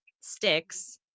sticks